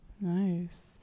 Nice